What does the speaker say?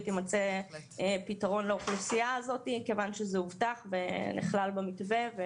יימצא פתרון לאוכלוסייה הזאת כיוון שזה הובטח ונכלל במתווה.